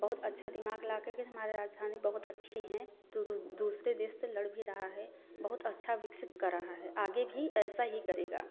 बहुत अच्छा दिमाग ला के कि हमारी राजधानी बहुत अच्छी हैं तो दूसरे देश से लड़ भी रहा है बहुत अच्छा विकसित कर रहा है आगे भी ऐसा ही करेगा